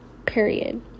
period